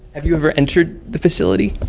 have you ever entered the facility?